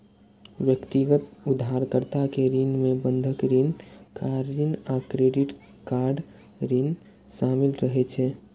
व्यक्तिगत उधारकर्ता के ऋण मे बंधक ऋण, कार ऋण आ क्रेडिट कार्ड ऋण शामिल रहै छै